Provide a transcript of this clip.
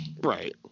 Right